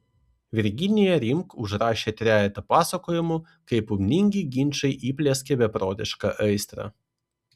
virginija rimk užrašė trejetą pasakojimų kaip ugningi ginčai įplieskė beprotišką aistrą